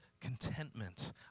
contentment